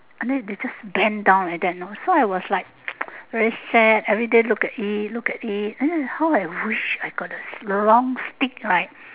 until they just bend down like that know so I was like very sad everyday look at it look at it and then how I wish I got that long stick right